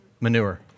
manure